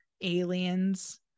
aliens